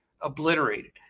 obliterated